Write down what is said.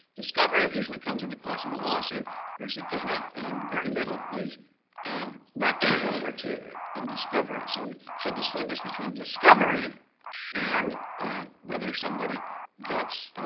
discovery usually comes in the course of a lawsuit or subpoena, and very little is not done over to. in discovery. so, we should distinguish between discovery and whether somebody gets.